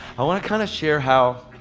i want to kind of share how,